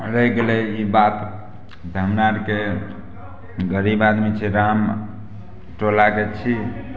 रहि गेलै ई बात जे हमरा आरके गरीब आदमी छियै ग्राम टोलाके छी